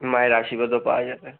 মায়ের আশীর্বাদও পাওয়া যাবে